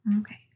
Okay